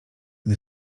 gdy